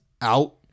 out